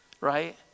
right